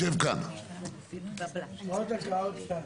עוד דקה?